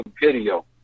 video